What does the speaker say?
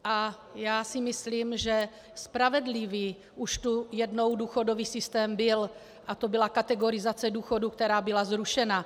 A já si myslím, že spravedlivý už tu jednou důchodový systém byl a to byla kategorizace důchodů, která byla zrušena.